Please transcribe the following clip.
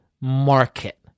Market